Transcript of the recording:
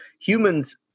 humans